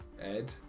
ed